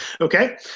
Okay